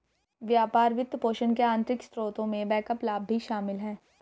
व्यापार वित्तपोषण के आंतरिक स्रोतों में बैकअप लाभ भी शामिल हैं